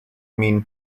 mean